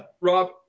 Rob